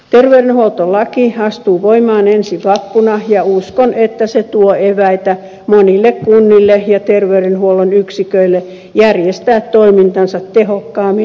terveydenhuoltolaki astuu voimaan ensi vappuna ja uskon että se tuo eväitä monille kunnille ja terveydenhuollon yksiköille järjestää toimintansa tehokkaammin ja paremmin